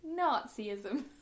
Nazism